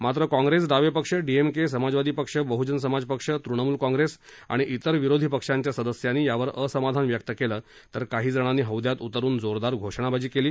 मात्र काँग्रेस डावे पक्ष डीएमके समाजवादी पक्ष बहूजन समाज पक्ष तृणमूल काँग्रेस आणि तेर विरोधी पक्षांच्या सदस्यांनी यावर असमाधान व्यक्त केलं तर काही जणांनी हौद्यात उतरुन जोरदार घोषणाबाजी केली